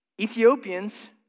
Ethiopians